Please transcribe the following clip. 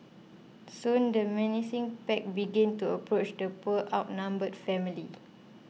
soon the menacing pack began to approach the poor outnumbered family